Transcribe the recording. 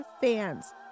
fans